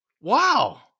Wow